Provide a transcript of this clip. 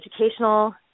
educational